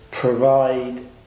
provide